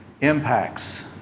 impacts